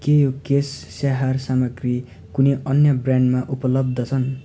के यो केश स्याहार सामग्री कुनै अन्य ब्रान्डमा उपलब्ध छन्